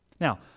Now